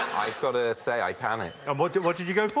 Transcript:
i've got to say i panicked. and what did what did you go for?